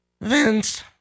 Vince